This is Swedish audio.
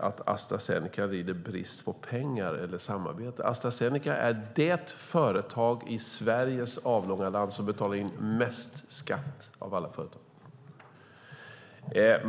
att Astra Zeneca lider brist på pengar. Astra Zeneca är det företag som betalar in mest skatt av alla företag i Sverige.